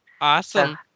Awesome